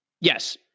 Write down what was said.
yes